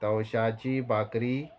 तवशाची भाकरी